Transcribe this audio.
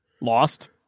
Lost